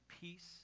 peace